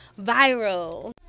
Viral